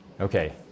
Okay